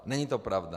Není to pravda.